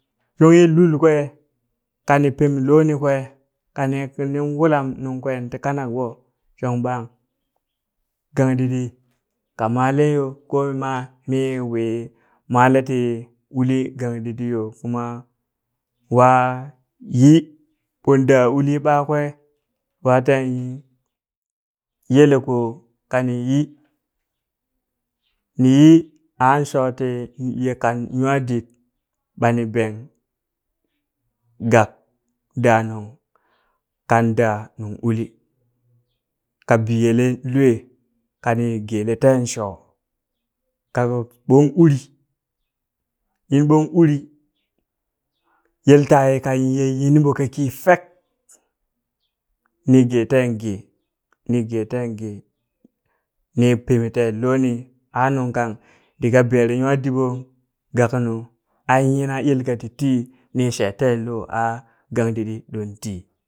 Shong ye lul kwee kani pem loni kwee kanin wulam nung kween ti kanak ɓo shong ɓang gangdidi ka maale yoo ko ma mii mii wii maale ti wuli gangdidiyo kuma waa yi ɓon daa ulii ɓakwee waa tee yelekoo kani yi ni yi aa shoti ye kan nywaadid bani ben gak daa nung kan daa nunguli ka biyelen lwee kanii gele teen shoo kaɓo ɓon uri in ɓon uri yel taye ka ye nyinɓo kakii fek nii gee teen gee ni, ni gee teen gee, ni peme teen looni a nungkang riga beere nywaadiɓon gaknu ai nyina yel kati tii nii shee ten loo a gandidi ɗon tii.